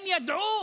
הם ידעו,